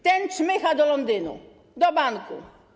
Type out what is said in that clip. Ten czmycha do Londynu, do banku.